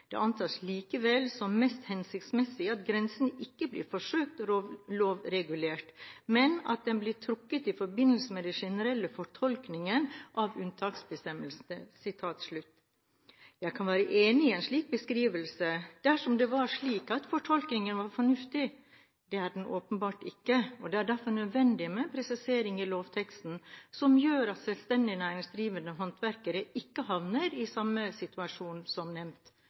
Det antas likevel som mest hensiktsmessig at grensen ikke blir forsøkt lovregulert, men at den blir trukket i forbindelse med den generelle fortolkningen av uttaksbestemmelsen.» Jeg kan være enig i en slik beskrivelse, dersom det var slik at fortolkingen var fornuftig. Det er den åpenbart ikke. Det er derfor nødvendig med en presisering i lovteksten, som gjør at selvstendig næringsdrivende håndverkere ikke havner i samme situasjon som nevnt